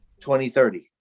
2030